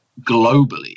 globally